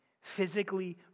physically